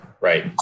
Right